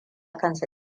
kansa